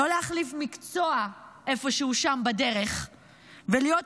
ולא להחליף מקצוע איפשהו שם בדרך ולהיות